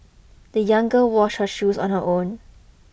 the young girl washed her shoes on her own